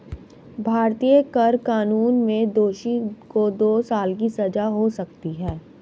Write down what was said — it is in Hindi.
भारतीय कर कानून में दोषी को दो साल की सजा हो सकती है